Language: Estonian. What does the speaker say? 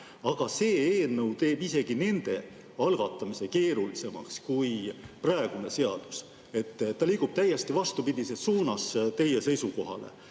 Aga see eelnõu teeb isegi nende algatamise keerulisemaks kui praegune seadus, ta liigub täiesti vastupidises suunas teie seisukohale.